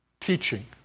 teaching